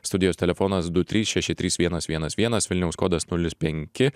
studijos telefonas du trys šeši trys vienas vienas vienas vilniaus kodas nulis penki